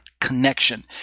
Connection